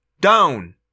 Down